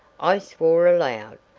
i swore aloud.